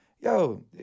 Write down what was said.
yo